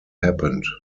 happened